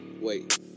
Wait